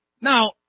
Now